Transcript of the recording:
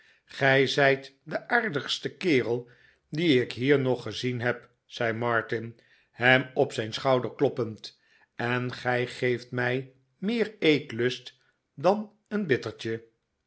gij zijt de aardigste kerel dien ik hier nog gezien heb zei martin hem op zijn schouder kloppend en gij geeft mij meer eetlust dan een bittertje